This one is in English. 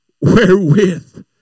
wherewith